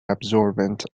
absorbent